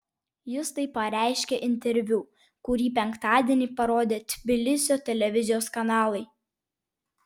jis tai pareiškė interviu kurį penktadienį parodė tbilisio televizijos kanalai